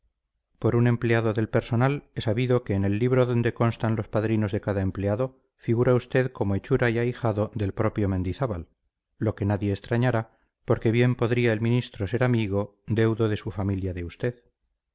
por un empleado del personal he sabido que en el libro donde constan los padrinos de cada empleado figura usted como hechura y ahijado del propio mendizábal lo que nadie extrañará porque bien podría el ministro ser amigo deudo de su familia de usted